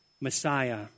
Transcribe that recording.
Messiah